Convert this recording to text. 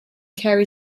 kerry